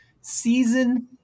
Season